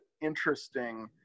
interesting